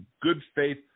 good-faith